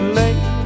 late